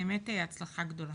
באמת בהצלחה גדולה.